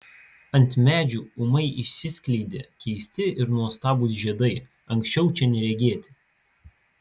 ant medžių ūmai išsiskleidė keisti ir nuostabūs žiedai anksčiau čia neregėti